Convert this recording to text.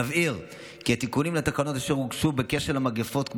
נבהיר כי התיקונים לתקנות אשר הוגשו בכשל המגפות,